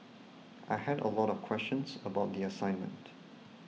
I had a lot of questions about the assignment